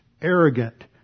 arrogant